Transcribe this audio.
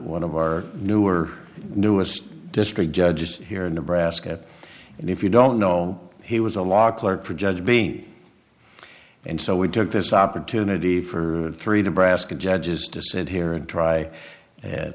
one of our newer newest district judges here in nebraska and if you don't know he was a law clerk for judge b and so we took this opportunity for three to brask judges decide here and try and